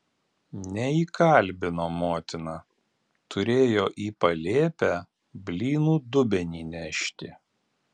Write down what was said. neįkalbino motina turėjo į palėpę blynų dubenį nešti